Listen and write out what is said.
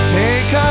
take